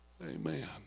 Amen